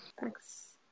thanks